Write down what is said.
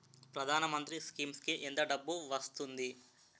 ప్రధాన మంత్రి స్కీమ్స్ కీ ఎంత డబ్బు వస్తుంది?